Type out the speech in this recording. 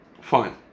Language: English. fine